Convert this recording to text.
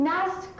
Nice